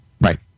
right